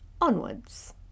Onwards